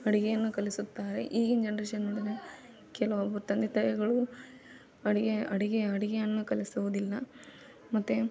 ಅಡುಗೆಯನ್ನು ಕಲಿಸುತ್ತಾರೆ ಈಗಿನ ಜನ್ರೇಷನ್ ನೋಡಿದರೆ ಕೆಲವೊಬ್ಬರು ತಂದೆ ತಾಯಿಗಳೂ ಅಡುಗೆ ಅಡುಗೆ ಅಡುಗೆಯನ್ನು ಕಲಿಸುವುದಿಲ್ಲ ಮತ್ತು